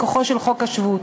מכוחו של חוק השבות,